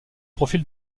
profil